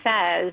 says